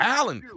Alan